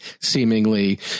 seemingly